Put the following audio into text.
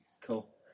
Cool